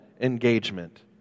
engagement